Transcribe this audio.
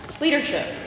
Leadership